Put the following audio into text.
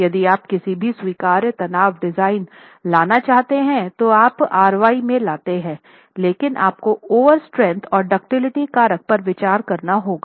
यदि आप किसी भी स्वीकार्य तनाव डिजाइन लाना चाहते हैं तो आप Ry में लाते हैं लेकिन आपको ओवर स्ट्रेंथ और दुक्तिलिटी कारक पर विचार करना होगा